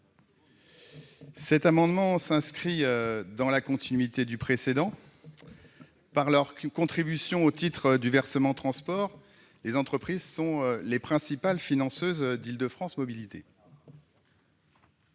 Cet amendement s'inscrit dans la continuité du précédent. Par leur contribution au titre du versement transport, les entreprises sont les principaux financeurs d'Île-de-France Mobilités.